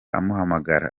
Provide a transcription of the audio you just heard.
amuhamagara